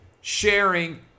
sharing